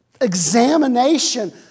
examination